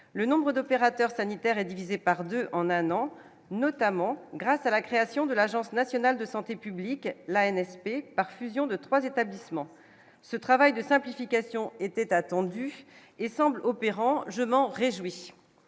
le nombre d'opérateurs sanitaires est divisé par 2 en un an, notamment grâce à la création de l'Agence nationale de santé publique, la NSP, par fusion de 3 établissements, ce travail de simplification était attendue et semble opérant, je m'en réjouis,